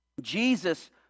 Jesus